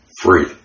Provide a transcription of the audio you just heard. free